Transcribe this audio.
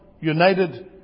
united